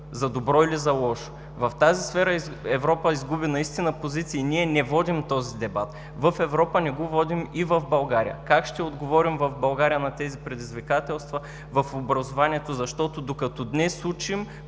за добро или за лошо. В тази сфера Европа изгуби наистина позиции. Ние не водим този дебат в Европа, не го водим и в България. Как ще отговорим в България на тези предизвикателства в образованието? Защото, докато днес учим,